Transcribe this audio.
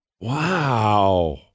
Wow